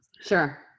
Sure